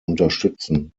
unterstützen